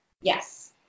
Yes